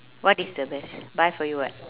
what is the best buy for you what